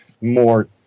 more